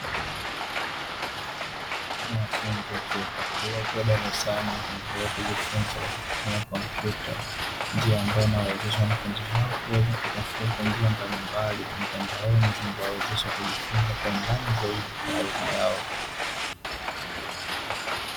Wanafunzi wa chuo kikuu wakiwa darasani, wakiendelea kujifunza kwa kutumia kompyuta; njia ambayo inawawezesha wanafunzi hao kuweza kutafuta njia mbalimbali mtandaoni, zinazowawezesha kujifunza kwa undani zaidi taaluma yao.